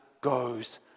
goes